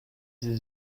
sie